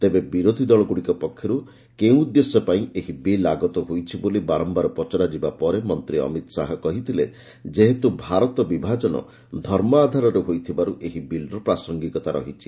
ତେବେ ବିରୋଧୀ ଦଳଗୁଡ଼ିକ ପକ୍ଷରୁ କେଉଁ ଉଦ୍ଦେଶ୍ୟପାଇଁ ଏହି ବିଲ୍ ଆଗତ ହେଉଛି ବୋଲି ବାରମ୍ଭାର ପଚରା ଯିବାପରେ ମନ୍ତ୍ରୀ ଅମିତ୍ ଶାହା କହିଥିଲେ ଯେହେତୁ ଭାରତ ବିଭାଜନ ଧର୍ମ ଆଧାରରେ ହୋଇଥିବାରୁ ଏହି ବିଲ୍ର ପ୍ରାସଙ୍ଗିକତା ରହିଛି